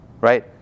right